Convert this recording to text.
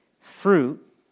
Fruit